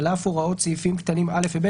על אף הוראות סעיפים קטנים (א) ו־(ב),